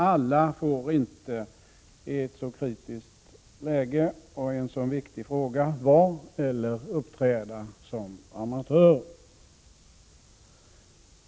Alla får inte i ett så kritiskt läge och i en så viktig fråga vara eller uppträda som amatörer.